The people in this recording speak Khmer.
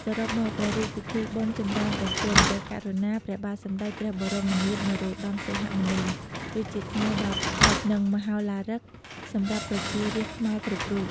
សរុបមក ព្រះរាជពិធីបុណ្យចម្រើនព្រះជន្ម ព្រះករុណា ព្រះបាទសម្តេចព្រះបរមនាថ នរោត្តម សីហមុនី គឺជាថ្ងៃដ៏ពិសិដ្ឋ និងមហោឡារិកសម្រាប់ប្រជារាស្ត្រខ្មែរគ្រប់រូប។